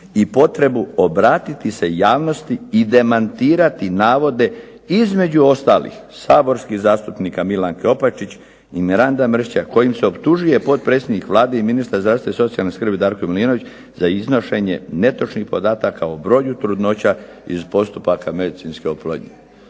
i potrebu obratiti se javnosti i demantirati navode između ostalih, saborskih zastupnika Milanke Opačić i Miranda Mrsića kojim se optužuje potpredsjednik Vlade i ministar zdravstva i socijalne skrbi Darko Milinović za iznošenje netočnih podataka o broju trudnoća iz postupaka medicinske oplodnje.